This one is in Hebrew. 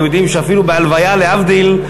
אתם יודעים שאפילו בהלוויה, להבדיל,